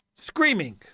Screaming